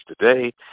today